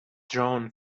drawn